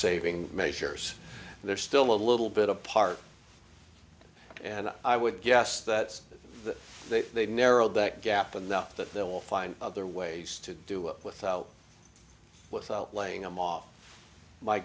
saving measures there still a little bit apart and i would guess that they narrowed that gap in the hope that they will find other ways to do it without without laying them off my